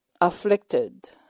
afflicted